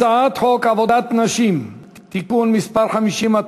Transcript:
הצעת חוק עבודת נשים (תיקון מס' 50),